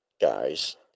guys